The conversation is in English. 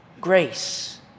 grace